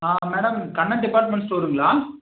ah madam Kannan department ஸ்டோருங்களா